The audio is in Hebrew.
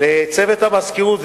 לצוות המזכירות,